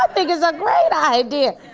i think it's a great idea.